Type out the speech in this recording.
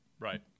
Right